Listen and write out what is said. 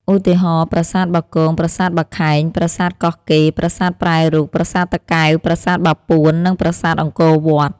ឧទាហរណ៍៖ ប្រាសាទបាគង ប្រាសាទបាខែង ប្រាសាទកោះកេរ ប្រាសាទប្រែរូប ប្រាសាទតាកែវ ប្រាសាទបាពួន និងប្រាសាទអង្គរវត្ត។